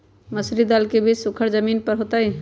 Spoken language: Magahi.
मसूरी दाल के बीज सुखर जमीन पर होतई?